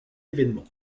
événement